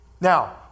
Now